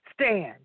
Stand